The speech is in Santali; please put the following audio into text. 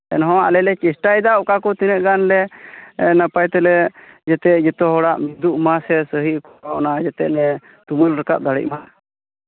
ᱮᱱᱦᱚᱸ ᱟᱞᱮ ᱞᱮ ᱪᱮᱥᱴᱟᱭᱫᱟ ᱚᱠᱟ ᱠᱚ ᱛᱤᱱᱟᱹᱜ ᱜᱟᱱᱞᱮ ᱱᱟᱯᱟᱭ ᱛᱮᱞᱮ ᱡᱟᱛᱮ ᱡᱚᱛᱚ ᱦᱚᱲᱟᱜ ᱢᱤᱫᱚᱜ ᱢᱟᱥᱮ ᱥᱮ ᱥᱟᱹᱦᱤ ᱜᱷᱚᱴᱚᱱᱟ ᱡᱟᱛᱮ ᱞᱮ ᱛᱩᱢᱟᱹᱞ ᱨᱟᱠᱟᱵ ᱫᱟᱲᱮᱜ ᱢᱟ